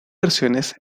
versiones